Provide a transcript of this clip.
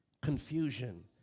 confusion